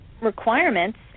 requirements